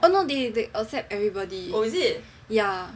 oh no they accept everybody